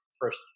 first